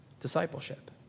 discipleship